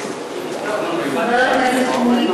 חבר הכנסת שמולי,